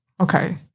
Okay